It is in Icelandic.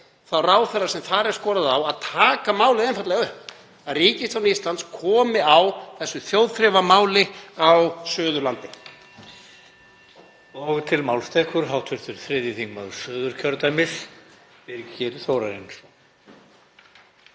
þá ráðherra sem þar er skorað á að taka málið einfaldlega upp, að ríkisstjórn Íslands komi á þessu þjóðþrifamáli á Suðurlandi.